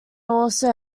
also